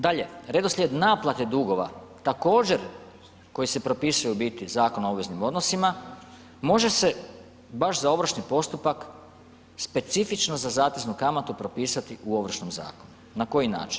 Dalje, redoslijed naplate dugova također koji se propisuju u biti Zakonom o obveznim odnosima, može se baš za ovršni postupak specifično za zateznu kamatu propisati u Ovršnom zakonu, na koji način?